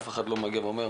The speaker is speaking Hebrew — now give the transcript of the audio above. אף אחד לא מגיע ואומר,